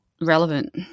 relevant